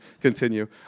continue